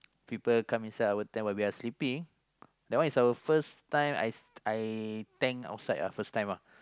people come inside our tent when we are sleeping that one is our first time I I tent outside first time ah